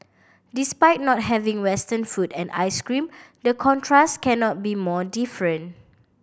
despite not having Western food and ice cream the contrast cannot be more different